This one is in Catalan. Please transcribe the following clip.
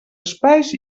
espais